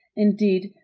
indeed,